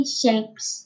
shapes